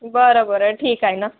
बरं बरं ठीक आहे ना